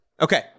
Okay